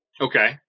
Okay